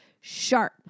sharp